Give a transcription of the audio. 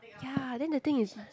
ya then the thing is